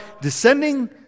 descending